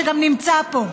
שגם נמצא פה,